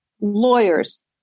lawyers